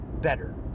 better